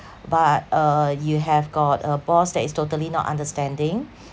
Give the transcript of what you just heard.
but uh you have got a boss that is totally not understanding